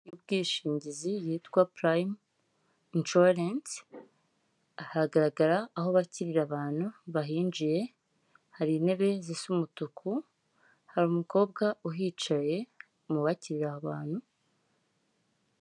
Ubwishingizi bwitwa Purayimu inshuwarensi, haragaragara aho bakirira abantu bahinjiye, hari intebe zisa umutuku, hari umukobwa uhicaye mu bakira abantu...